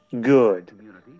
Good